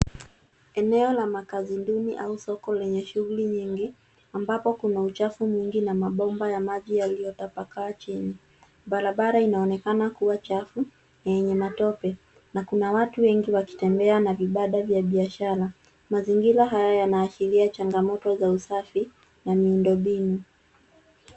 Eneo la makazi duni au soko lenye shughuli nyingi ambapo kuna uchafu mwingi na mabomba ya maji yaliyo tapakaa chini. Barabara inaonekana kuwa chafu na yenye matope na kuna watu wengi wakitembea na vibanda vya biashara. Mazingira haya yanaashiria changamoto za usafi na miundo mbinu.